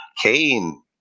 Cain